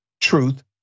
truth